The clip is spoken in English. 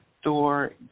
store